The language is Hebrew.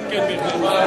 כן, בהחלט.